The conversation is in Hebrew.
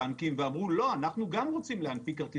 אנחנו מבקשים שהמספר עליו דיברנו בשנה שעברה 7,500 ₪,